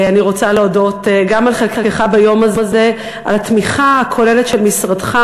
אני רוצה להודות גם על חלקך ביום הזה ועל התמיכה הכוללת של משרדך.